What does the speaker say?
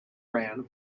ran